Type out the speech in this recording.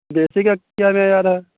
دیسی کا کیا معیار ہے